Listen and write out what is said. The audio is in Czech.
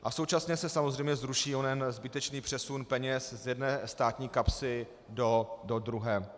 A současně se samozřejmě zruší onen zbytečný přesun peněz z jedné státní kapsy do druhé.